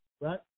Right